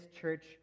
church